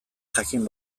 jakin